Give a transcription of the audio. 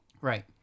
Right